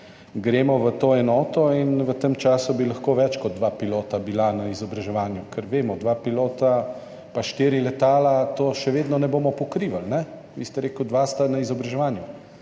gremo v to enoto, in v tem času bi lahko bila več kot dva pilota na izobraževanju, ker vemo, da z dvema pilotoma in štirimi letali tega še vedno ne bomo pokrivali. Vi ste rekli, dva sta na izobraževanju.